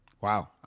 Wow